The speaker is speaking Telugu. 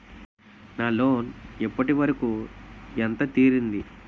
నా లోన్ ఇప్పటి వరకూ ఎంత తీరింది?